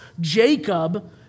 Jacob